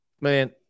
man